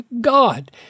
God